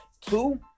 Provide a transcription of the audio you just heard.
two